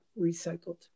recycled